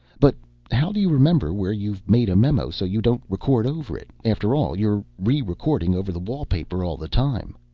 but how do you remember where you've made a memo so you don't rerecord over it? after all, you're rerecording over the wallpaper all the time.